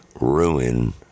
ruin